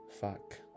Fuck